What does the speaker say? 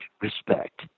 respect